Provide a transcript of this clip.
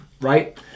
right